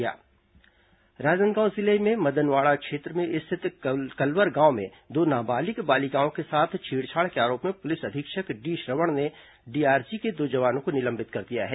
मोर्चा के राजनांदगांव जिले में मदनवाड़ा क्षेत्र स्थित कल्वर गांव में दो नाबालिग बालिकाओं के साथ छेड़छाड़ के आरोप में पुलिस अधीक्षक डी श्रवण ने डीआरजी के दो जवानों को निलंबित कर दिया है